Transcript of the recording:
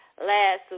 Last